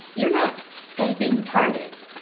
you're not skyping target.